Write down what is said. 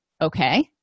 okay